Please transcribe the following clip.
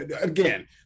again